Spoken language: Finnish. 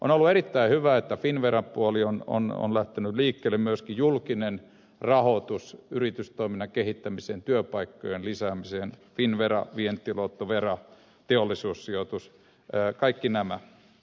on ollut erittäin hyvä että finnveran puoli on lähtenyt liikkeelle myöskin julkinen rahoitus yritystoiminnan kehittämiseen työpaikkojen lisäämiseen finnvera vientiluotto vera teollisuussijoitus kaikki nämä